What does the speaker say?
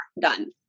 Done